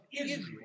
Israel